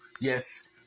Yes